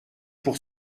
pour